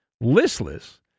listless